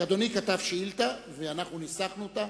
כי אדוני כתב שאילתא ואנחנו ניסחנו אותה.